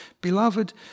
Beloved